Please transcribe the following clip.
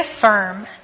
firm